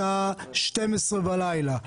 בשעה 12:00 בלילה.